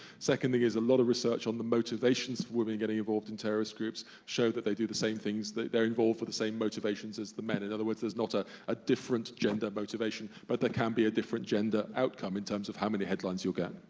second thing is a lot of research on the motivations for women getting involved in terrorist groups show that they do the same things, that they're involved for the same motivations as the men. in other words, there's not ah a different gender motivation, but there can be a different gender outcome in terms of how many headlines you'll get.